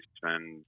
spend